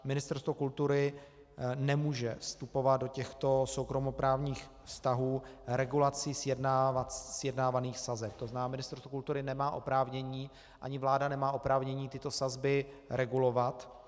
Ministerstvo kultury nemůže vstupovat do těchto soukromoprávních vztahů regulací sjednávaných sazeb, tzn. Ministerstvo kultury nemá oprávnění a ani vláda nemá oprávnění tyto sazby regulovat.